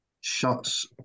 shots